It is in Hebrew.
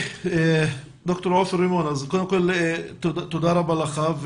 ד"ר עופר רימון, תודה רבה לך.